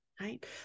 right